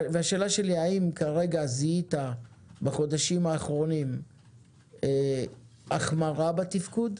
והשאלה שלי האם כרגע זיהית בחודשים האחרונים החמרה בתפקוד?